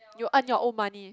you earn your own money